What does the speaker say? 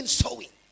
sowing